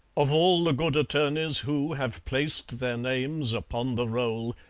of all the good attorneys who have placed their names upon the roll,